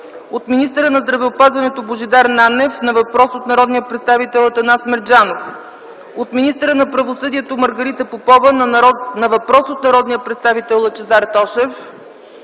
от министъра на здравеопазването Божидар Нанев на въпрос от народния представител Атанас Мерджанов; - от министъра на правосъдието Маргарита Попова на въпрос от народния представител Лъчезар Тошев;